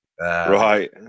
Right